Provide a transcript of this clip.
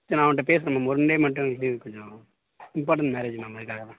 சரி நான் அவன்ட்ட பேசுறேன் மேம் ஒன் டே மட்டும் லீவு கொஞ்சம் இம்பார்ட்டண்ட் மேரேஜ் மேம் அதுக்காக தான்